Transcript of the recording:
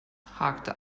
hakte